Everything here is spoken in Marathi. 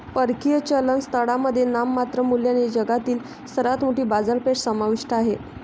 परकीय चलन स्थळांमध्ये नाममात्र मूल्याने जगातील सर्वात मोठी बाजारपेठ समाविष्ट आहे